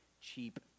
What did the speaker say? cheap